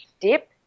dip